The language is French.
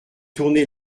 tourner